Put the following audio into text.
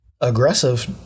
aggressive